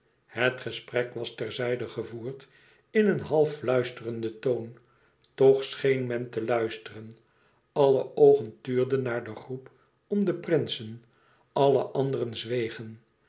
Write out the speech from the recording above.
het gesprek was ter zijde gevoerd in een half fluisterenden toon toch scheen men te luisteren alle oogen tuurden naar den groep om de prinsen alle anderen zwegen